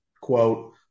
quote